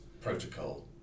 protocol